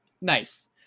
nice